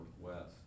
Northwest